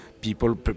people